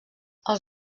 els